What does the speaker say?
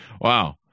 Wow